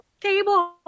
table